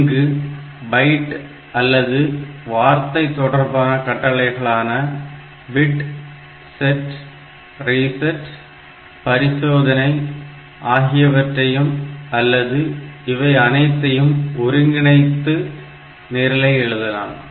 இங்கு பைட்டு அல்லது வார்த்தை தொடர்பான கட்டளைகளாக பிட் செட் ரீசெட் பரிசோதனை ஆகியவற்றையும் அல்லது இவை அனைத்தையும் ஒருங்கிணைத்தும் நிரலை எழுதலாம்